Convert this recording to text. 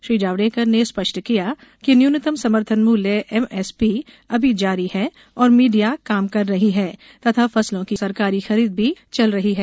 श्री जावड़ेकर ने स्पष्ट किया कि न्यूनतम समर्थन मूल्य एम एस पी अभी जारी है और मंडिया काम कर रही हैं तथा फसलों की सरकारी खरीद भी चल रही है